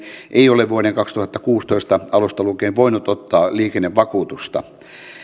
ei ole vuoden kaksituhattakuusitoista alusta lukien voinut ottaa liikennevakuutusta